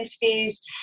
interviews